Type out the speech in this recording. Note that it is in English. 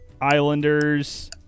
Islanders